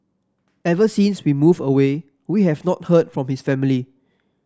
ever since we moved away we have not heard from his family